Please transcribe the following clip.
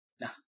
Nah